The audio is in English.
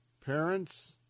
Parents